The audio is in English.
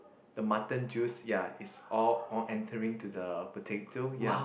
the mutton juice ya is all all entering to the potato ya